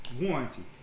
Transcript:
warranty